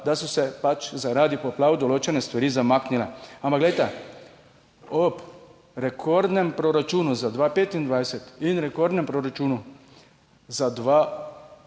da so se pač zaradi poplav določene stvari zamaknile. Ampak glejte, ob rekordnem proračunu za 2025 in rekordnem proračunu za dva